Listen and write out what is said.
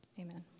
amen